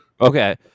Okay